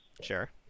Sure